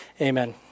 Amen